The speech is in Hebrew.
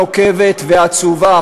נוקבת ועצובה,